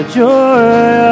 joy